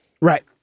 Right